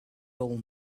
old